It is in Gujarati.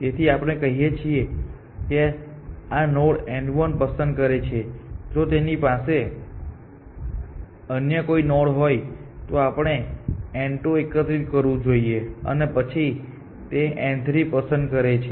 તેથી આપણે કહીએ છીએ કે આ નોડ n 1 પસંદ કરે છે જો તેની પાસે અન્ય કોઈ નોડ હોય તો આપણે n 2 એકત્રિત કરવું જોઈએ અને પછી તે n 3 પસંદ કરે છે